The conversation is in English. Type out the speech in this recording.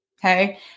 Okay